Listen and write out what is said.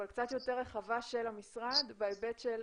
אבל קצת יותר רחבה של המשרד בהיבט של